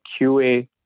QA